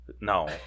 No